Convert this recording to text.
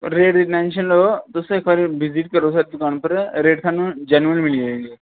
rate दी tension निं लैओ तुस इक बारी बिजिट करो इस दुकान पर रेट थोआनूं जैनुन मिली जांह्गन